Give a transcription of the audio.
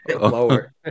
Lower